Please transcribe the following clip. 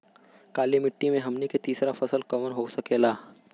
काली मिट्टी में हमनी के तीसरा फसल कवन हो सकेला?